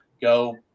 Go